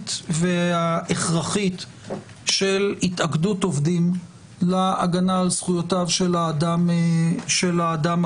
הדרמטית וההכרחית של התאגדות עובדים להגנה על זכויותיו של האדם העובד.